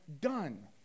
done